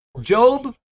Job